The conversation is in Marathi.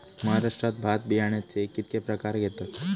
महाराष्ट्रात भात बियाण्याचे कीतके प्रकार घेतत?